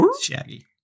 Shaggy